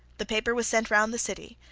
the paper was sent round the city,